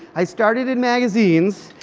i started in magazines.